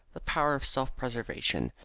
the power of self-preservation,